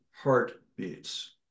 heartbeats